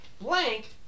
Blank